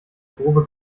grobe